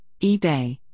eBay